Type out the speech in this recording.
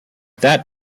that